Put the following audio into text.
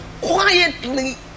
quietly